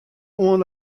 oan